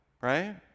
right